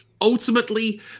Ultimately